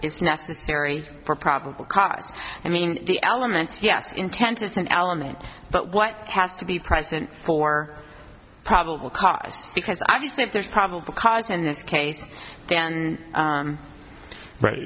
it's necessary for probable cause i mean the elements yes intent is an element but what has to be present for probable cause because obviously if there's probable cause in this case then